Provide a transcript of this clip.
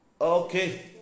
okay